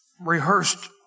rehearsed